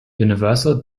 universal